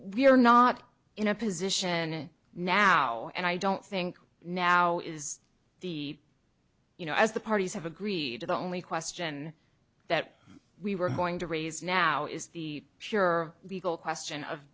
we're not in a position now and i don't think now is the you know as the parties have agreed to the only question that we were going to raise now is the pure legal question of